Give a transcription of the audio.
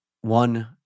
one